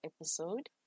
episode